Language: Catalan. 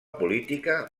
política